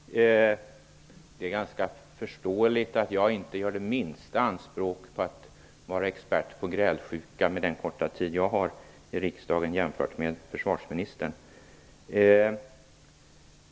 Herr talman! Det är ganska förståeligt att jag inte gör det minsta anspråk på att vara expert på grälsjuka, med den korta tid som jag har varit i riksdagen jämfört med försvarsministern.